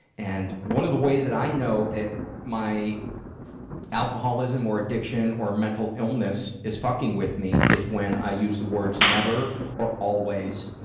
and one of the ways that i know that my alcoholism or addiction or mental illness is fucking with me is when i used the words never or always,